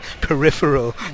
peripheral